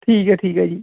ਠੀਕ ਹੈ ਠੀਕ ਹੈ ਜੀ